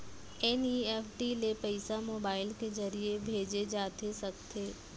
NEFT ले पइसा mobile के ज़रिए भेजे जाथे सकथे?